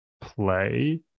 play